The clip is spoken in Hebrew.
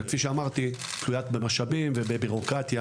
וכפי שאמרתי היא תלויה במשאבים ובבירוקרטיה,